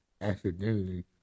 accidentally